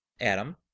Adam